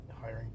hiring